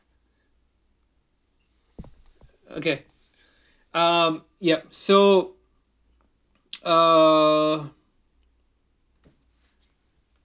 okay um yup so uh